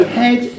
head